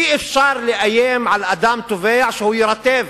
אי-אפשר לאיים על אדם טובע שהוא יירטב.